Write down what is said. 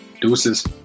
Deuces